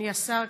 אדוני השר,